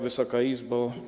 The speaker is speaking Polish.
Wysoka Izbo!